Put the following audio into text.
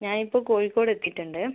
ഞാൻ ഇപ്പോൾ കോഴിക്കോട് എത്തീട്ട് ഉണ്ട്